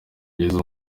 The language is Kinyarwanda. kugeza